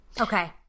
Okay